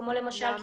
כמו למשל,